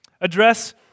address